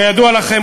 כידוע לכם,